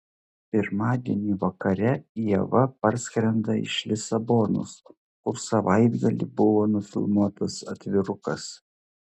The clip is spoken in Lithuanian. pirmadienį vakare ieva parskrenda iš lisabonos kur savaitgalį buvo nufilmuotas atvirukas